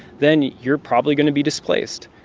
then you're probably going to be displaced.